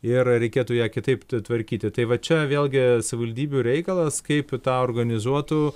ir reikėtų ją kitaip ta tvarkyti tai va čia vėlgi savivaldybių reikalas kaip tą organizuotų